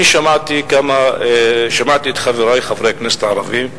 אני שמעתי את חברי חברי הכנסת הערבים,